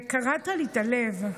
קרעת לי את הלב.